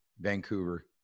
Vancouver